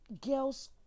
girls